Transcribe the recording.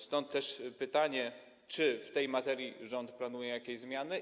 Stąd też pytanie: Czy w tej materii rząd planuje jakieś zmiany?